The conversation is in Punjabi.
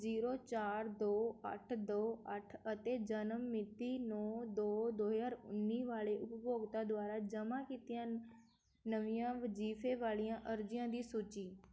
ਜ਼ੀਰੋ ਚਾਰ ਦੋ ਅੱਠ ਦੋ ਅੱਠ ਅਤੇ ਜਨਮ ਮਿਤੀ ਨੌਂ ਦੋ ਦੋ ਹਜ਼ਾਰ ਉੱਨੀ ਵਾਲੇ ਉਪਭੋਗਤਾ ਦੁਆਰਾ ਜਮ੍ਹਾਂ ਕੀਤੀਆਂ ਨਵੀਆਂ ਵਜ਼ੀਫੇ ਵਾਲੀਆਂ ਅਰਜ਼ੀਆਂ ਦੀ ਸੂਚੀ